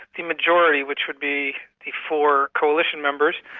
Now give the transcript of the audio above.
the majority which would be the four coalition members,